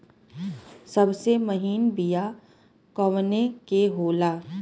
सबसे महीन बिया कवने के होला?